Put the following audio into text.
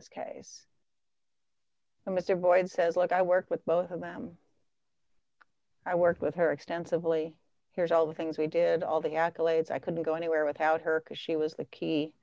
this case and mr boyd says look i work with both of them i work with her extensively here's all the things we did all the accolades i couldn't go anywhere without her because she was the key